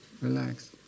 relax